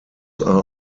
are